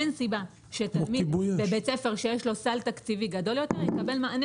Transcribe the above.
אין סיבה שתלמיד בבית ספר שיש לו סל תקציבי גדול יותר יקבל מענה